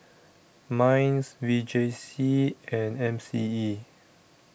Minds V J C and M C E